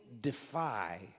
defy